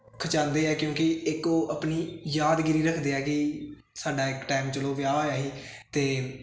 ਖਿਚਵਾਂਦੇ ਹੈ ਕਿਉਂਕਿ ਇੱਕ ਉਹ ਆਪਣੀ ਯਾਦਗਿਰੀ ਰੱਖਦੇ ਹੈਗੇ ਜੀ ਸਾਡਾ ਇੱਕ ਟਾਈਮ ਚਲੋ ਵਿਆਹ ਹੋਇਆ ਸੀ ਅਤੇ